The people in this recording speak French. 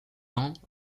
ans